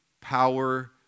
power